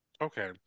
Okay